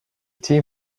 team